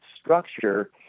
structure